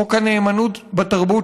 חוק הנאמנות בתרבות,